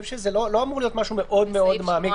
שזה לא אמור להיות משהו מאוד מעמיק.